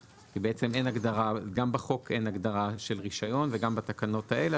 כי בעצם גם בחוק אין הגדרה של רישיון וגם בתקנות האלה,